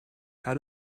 how